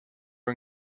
are